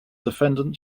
defendant